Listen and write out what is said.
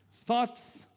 Thoughts